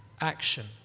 action